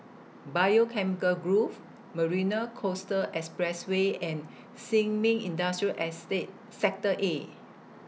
Biochemical Grove Marina Coastal Expressway and Sin Ming Industrial Estate Sector A